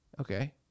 okay